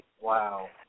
Wow